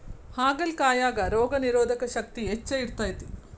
ಹಾಗಲಕಾಯಾಗ ರೋಗನಿರೋಧಕ ಶಕ್ತಿ ಹೆಚ್ಚ ಇರ್ತೈತಿ